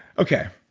okay.